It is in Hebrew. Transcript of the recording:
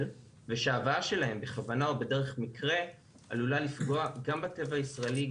ושההבאה שלהם בכוונה או בדרך מקרה עלולה לפגוע גם בטבע הישראלי,